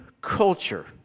culture